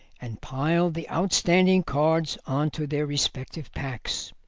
and piled the outstanding cards on to their respective packs.